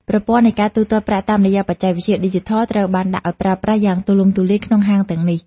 ប្រព័ន្ធនៃការទូទាត់ប្រាក់តាមរយៈបច្ចេកវិទ្យាឌីជីថលត្រូវបានដាក់ឱ្យប្រើប្រាស់យ៉ាងទូលំទូលាយក្នុងហាងទាំងនេះ។